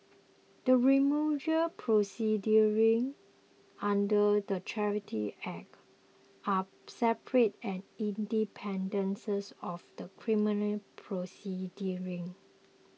the removal proceedings under the Charities Act are separate and independence of the criminal proceedings